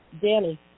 Danny